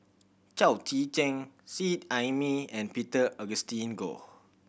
Chao Tzee Cheng Seet Ai Mee and Peter Augustine Goh